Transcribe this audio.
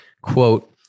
Quote